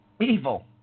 evil